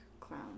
clown